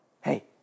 hey